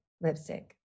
LIPSTICK